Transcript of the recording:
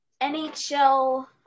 NHL